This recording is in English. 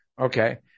Okay